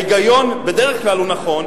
ההיגיון הוא נכון,